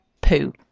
poo